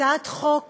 הצעת חוק